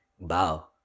bow